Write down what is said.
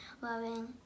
loving